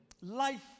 life